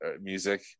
music